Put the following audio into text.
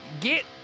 get